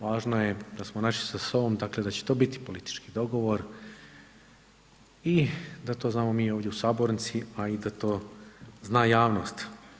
Važno je da smo našli sa sobom da dakle da će to biti politički dogovor i da to znamo mi ovdje u sabornici, a i da to zna jasnost.